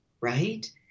right